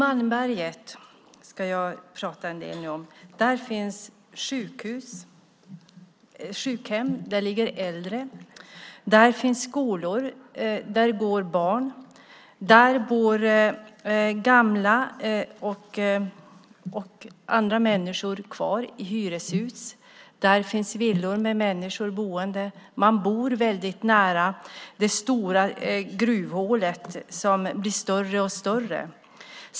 Herr talman! I Malmberget finns sjukhem för äldre och skolor där barn går. Där bor gamla och andra människor kvar i hyreshus. Där finns villor med människor boende. Man bor mycket nära det stora gruvhålet som blir större och större.